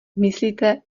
myslíte